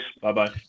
Bye-bye